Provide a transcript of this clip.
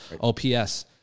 OPS